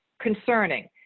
concerning